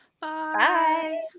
Bye